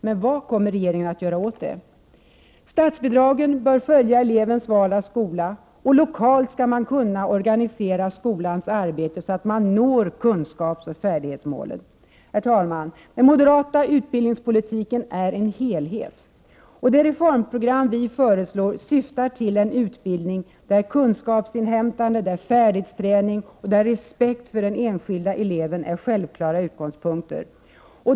Men vad kommer regeringen att göra åt detta? Statsbidraget bör följa elevens val av skola. Lokalt skall man kunna organisera skolans arbete så att man når kunskapsoch färdighetsmålet. Herr talman! Den moderata utbildningspolitiken är en helhet. Det reformprogram vi föreslår syftar till en utbildning där kunskapsinhämtande, färdighetsträning och respekt för den enskilda eleven är självklara utgångspunkter.